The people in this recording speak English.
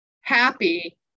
happy